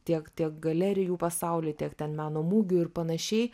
tiek tiek galerijų pasauly tiek ten meno mugių ir panašiai